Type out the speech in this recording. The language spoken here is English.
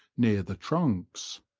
near the trunks.